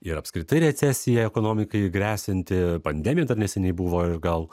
ir apskritai recesija ekonomikai gresianti pandemija dar neseniai buvo ir gal